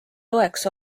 toeks